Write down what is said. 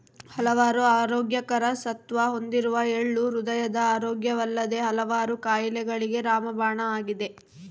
ಹಲವಾರು ಆರೋಗ್ಯಕರ ಸತ್ವ ಹೊಂದಿರುವ ಎಳ್ಳು ಹೃದಯದ ಆರೋಗ್ಯವಲ್ಲದೆ ಹಲವಾರು ಕಾಯಿಲೆಗಳಿಗೆ ರಾಮಬಾಣ ಆಗಿದೆ